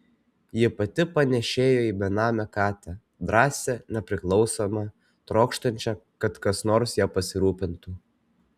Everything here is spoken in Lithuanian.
ji pati panėšėjo į benamę katę drąsią nepriklausomą trokštančią kad kas nors ja pasirūpintų